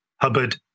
Hubbard